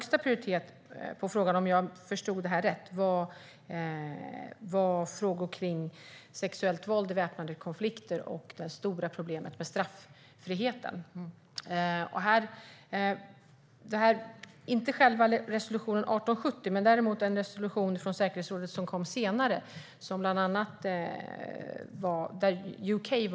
Statsrådet nämnde, om jag förstod det rätt, att högsta prioritet har frågor kring sexuellt våld i väpnade konflikter och det stora problemet med straffriheten. Jag hade som företrädare för Sverige och de nordiska länderna möjlighet att göra ett inlägg inför säkerhetsrådet om just problematiken kring straffriheten.